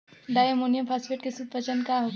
डाई ammonium phosphate के शुद्ध पहचान का होखे?